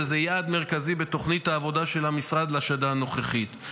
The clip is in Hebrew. וזה יעד מרכזי בתוכנית העבודה של המשרד לשנה הנוכחית.